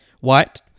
White